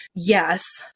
Yes